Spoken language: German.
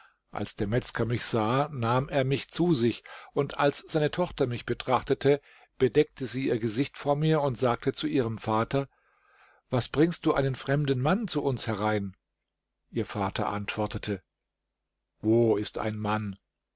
als der metzger mich sah nahm er mich zu sich und als seine tochter mich betrachtete bedeckte sie ihr gesicht vor mir und sagte zu ihrem vater was bringst du einen fremden mann zu uns herein ihr vater antwortete wo ist ein mann